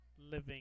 living